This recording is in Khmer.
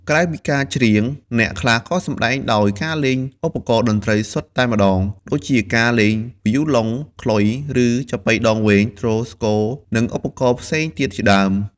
ក្រៅពីការច្រៀង អ្នកខ្លះក៏សម្ដែងដោយការលេងឧបករណ៍តន្ត្រីសុទ្ធតែម្ដង ដូចជាការលេងវីយូឡុង ខ្លុយ ឬចាបុីដងវែង ទ្រ ស្គ និងឧបករណ៍ផ្សេងទៀតជាដើម។